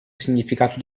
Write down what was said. significato